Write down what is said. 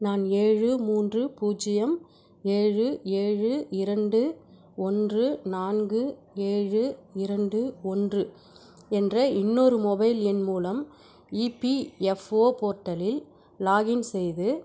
நான் ஏழு மூன்று பூஜ்ஜியம் ஏழு ஏழு இரண்டு ஒன்று நான்கு ஏழு இரண்டு ஒன்று என்ற இன்னொரு மொபைல் எண் மூலம் இபிஎஃப்ஓ போர்ட்டலில் லாகின் செய்து